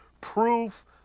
proof